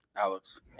Alex